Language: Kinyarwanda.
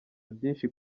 byinshi